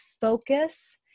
focus